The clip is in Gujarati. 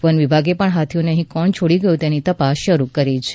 વન વિભાગે પણ હાથીઓને અહી કોણ છોડી ગયું તેની તપાસ શરૂ કરી છે